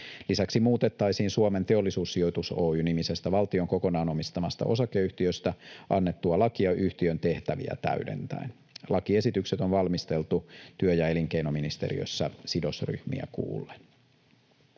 Lisäksi muutettaisiin Suomen Teollisuussijoitus Oy -nimisestä valtion kokonaan omistamasta osakeyhtiöstä annettua lakia yhtiön tehtäviä täydentäen. Lakiesitykset on valmisteltu työ- ja elinkeinoministeriössä sidosryhmiä kuullen.